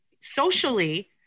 Socially